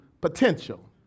potential